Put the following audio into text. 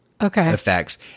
effects